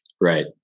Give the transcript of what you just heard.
Right